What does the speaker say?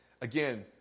Again